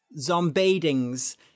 Zombadings